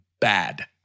bad